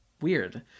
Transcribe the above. Weird